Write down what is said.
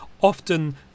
Often